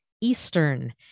Eastern